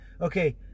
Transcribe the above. Okay